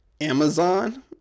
Amazon